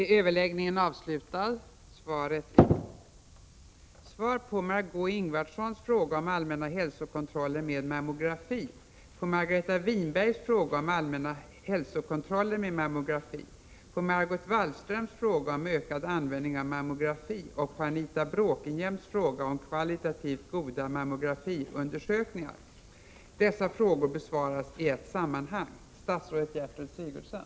Socialstyrelsen rekommenderar nu landstingen att införa allmänna hälsoundersökningar med mammografi. För att denna undersökningsmetod skall bli verklighet fordras bl.a. röntgenläkare. I dag är det på många platser i landet, exempelvis i Jämtland, brist på sådana. Har statsrådet för avsikt att initiera åtgärder, så att kvinnor i alla delar av landet kan omfattas av den rekommenderade hälsoundersökningen?